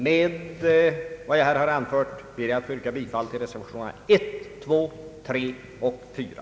Med vad jag här har anfört ber jag att få yrka bifall till reservationerna 1, 2, 3 och 4.